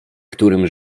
którym